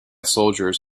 soldiers